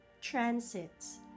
transits